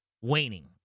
waning